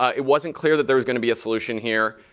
it wasn't clear that there was going to be a solution here.